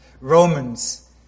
Romans